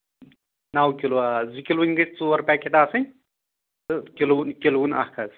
نو kilo آ زٕ کِلوُنۍ گٔژھۍ ژور پیکٮ۪ٹ آسٕنۍ تہٕ کِلوُن کِلوُن اکھ حظ